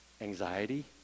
anxiety